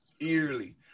eerily